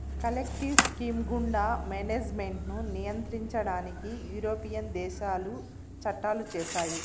collective scheme గుండా management ను నియంత్రించడానికి యూరోపియన్ దేశాలు చట్టాలు చేశాయి